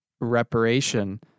reparation